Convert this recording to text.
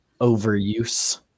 overuse